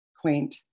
quaint